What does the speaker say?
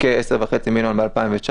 כ-10.5 מיליון ב-2019,